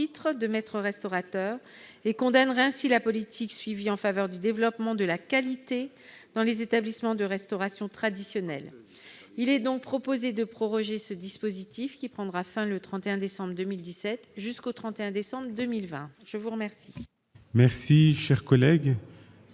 de maître-restaurateur et condamnerait ainsi la politique suivie en faveur du développement de la qualité dans les établissements de restauration traditionnelle. Il est donc proposé de proroger ce dispositif, qui doit prendre fin le 31 décembre 2017, jusqu'au 31 décembre 2020. Quel